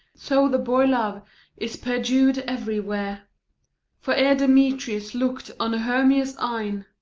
so the boy love is perjur'd everywhere for ere demetrius look'd on hermia's eyne,